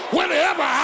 Whenever